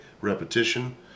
repetition